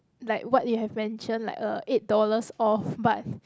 like what you have mentioned like uh eight dollars off but